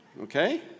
Okay